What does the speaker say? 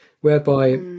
whereby